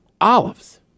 Olives